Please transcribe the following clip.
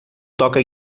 toca